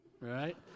right